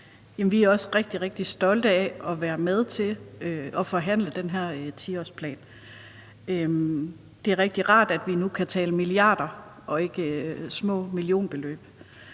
Vi er også rigtig, rigtig stolte af at være med til at forhandle den her 10-årsplan. Det er rigtig rart, at vi nu kan tale milliarder og ikke små millionbeløb.